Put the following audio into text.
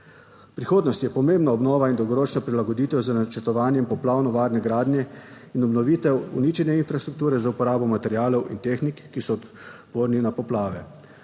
Prihodnost je pomembna obnova in dolgoročna prilagoditev z načrtovanjem poplavno varne gradnje in obnovitev uničene infrastrukture za uporabo materialov in tehnik, ki so odporni na poplave.